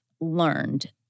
learned